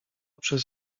przez